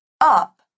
up